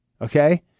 Okay